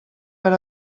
per